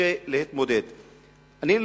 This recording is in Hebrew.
קשה להתמודד אתן.